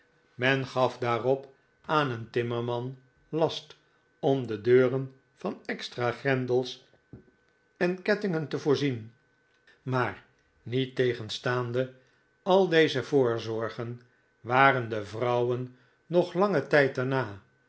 men gaf daarop aan een timmerman last om de deuren van extra grendels en kettingen te voorzien maar niettegenstaande al deze voorzorgen waren de vrouwen nog langen tijd daarna